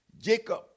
Jacob